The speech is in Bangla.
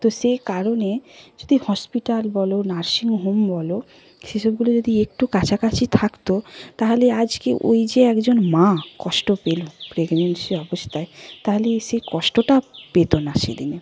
তো সেই কারণে যদি হসপিটাল বলো নার্সিং হোম বলো সেসবগুলো যদি একটু কাছাকাছি থাকত তাহলে আজকে ওই যে একজন মা কষ্ট পেল প্রেগনেন্সি অবস্থায় তাহলে সেই কষ্টটা পেত না সেদিনে